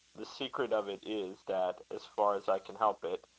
the secret of it is, that, as far as i can help it,